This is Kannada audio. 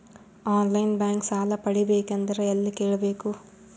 ಆನ್ ಲೈನ್ ಬ್ಯಾಂಕ್ ಸಾಲ ಪಡಿಬೇಕಂದರ ಎಲ್ಲ ಕೇಳಬೇಕು?